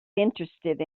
interested